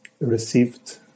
received